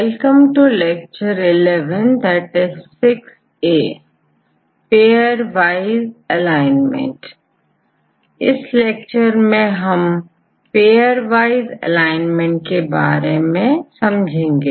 इस लैक्चर में हम पेयरवाइज एलाइनमेंट के बारे में समझेंगे